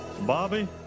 Bobby